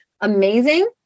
Amazing